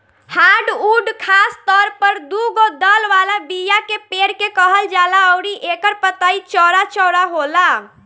hardwood खासतौर पर दुगो दल वाला बीया के पेड़ के कहल जाला अउरी एकर पतई चौड़ा चौड़ा होला